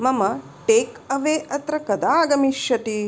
मम take away अत्र कदा आगमिष्यति